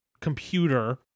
computer